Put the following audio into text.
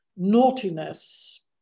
Naughtiness